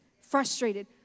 frustrated